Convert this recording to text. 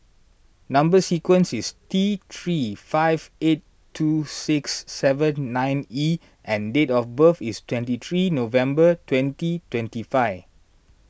Number Sequence is T three five eight two six seven nine E and date of birth is twenty three November twenty twenty five